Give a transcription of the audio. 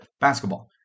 basketball